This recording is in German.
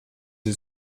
sie